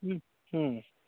ହୁଁ ହୁଁ